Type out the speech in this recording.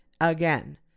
again